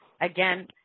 Again